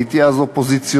הייתי אז אופוזיציונר,